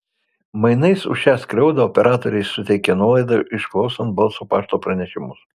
mainais už šią skriaudą operatoriai suteikė nuolaidą išklausant balso pašto pranešimus